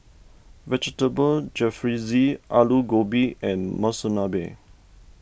Vegetable Jalfrezi Alu Gobi and Monsunabe